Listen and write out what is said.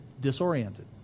disoriented